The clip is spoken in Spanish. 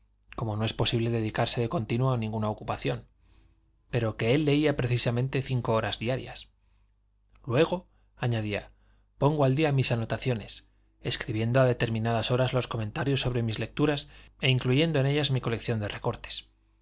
como no es posible dedicarse de continuo a ninguna ocupación pero que él leía precisamente cinco horas diarias luego añadía pongo al día mis anotaciones escribiendo a determinadas horas los comentarios sobre mis lecturas e incluyendo en ellas mi colección de recortes